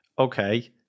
okay